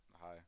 Hi